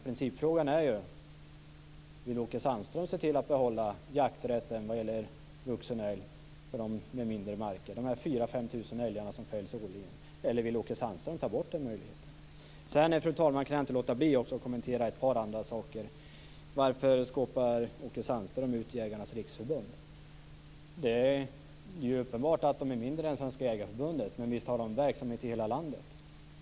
Principfrågan är: Vill Åke Sandström se till att behålla jakträtten på vuxen älg för dem med mindre marker? Det gäller de 4 000-5 000 älgar som fälls årligen. Eller vill Åke Sandström ta bort den möjligheten? Sedan, fru talman, kan jag inte låta bli att kommentera också ett par andra saker. Varför skåpar Åke Sandström ut Jägarnas riksförbund? Förbundet är uppenbarligen mindre än Svenska Jägareförbundet, men visst har det verksamhet i hela landet!